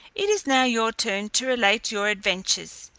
it is now your turn to relate your adventures,